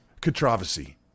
controversy